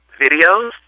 videos